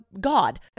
god